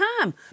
time